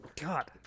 God